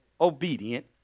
obedient